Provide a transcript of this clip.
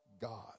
God